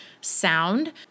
sound